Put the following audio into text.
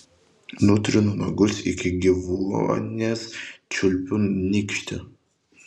nutrinu nagus iki gyvuonies čiulpiu nykštį